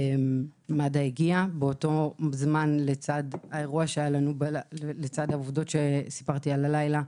באותו זמן, לצד העובדות שהיו מהלילה,